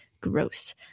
Gross